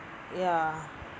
ya